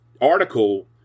article